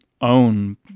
own